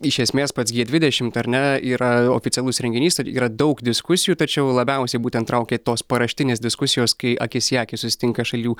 iš esmės pats gie dvidešimt ar ne yra oficialus renginys yra daug diskusijų tačiau labiausiai būtent traukia tos paraštinės diskusijos kai akis į akį susitinka šalių